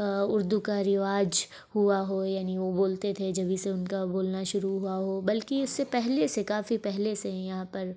اردو کا رواج ہوا ہو یعنی وہ بولتے تھے جبھی سے ان کا بولنا شروع ہوا ہو بلکہ اس سے پہلے سے کافی پہلے سے ہی یہاں پر